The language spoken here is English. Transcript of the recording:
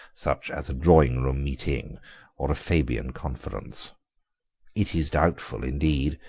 such as a drawing-room meeting or a fabian conference it is doubtful, indeed,